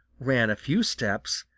ran a few steps,